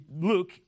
Luke